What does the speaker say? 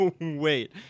Wait